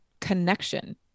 connection